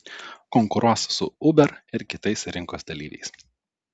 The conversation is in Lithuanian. konkuruos su uber ir kitais rinkos dalyviais